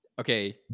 Okay